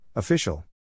Official